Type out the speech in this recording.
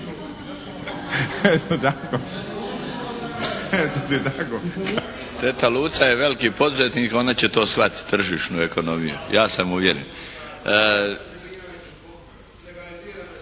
Darko (HDZ)** Teta Luce je veliki poduzetnik, ona će to shvatiti tržišnu ekonomiju, ja sam uvjeren.